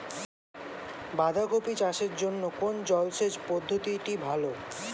বাঁধাকপি চাষের জন্য কোন জলসেচ পদ্ধতিটি ভালো?